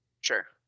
sure